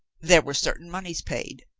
there were certain moneys paid.